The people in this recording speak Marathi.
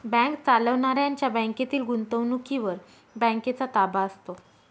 बँक चालवणाऱ्यांच्या बँकेतील गुंतवणुकीवर बँकेचा ताबा असतो